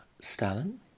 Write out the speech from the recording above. Stalin